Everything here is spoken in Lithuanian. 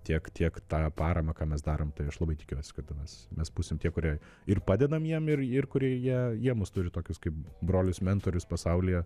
tiek tiek tą paramą ką mes darom tai aš labai tikiuosi kad mes mes būsim tie kurie ir padedam jiem ir ir kure jie jie mus turi tokius kaip brolius mentorius pasaulyje